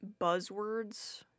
buzzwords